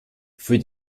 für